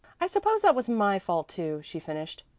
i suppose that was my fault too, she finished.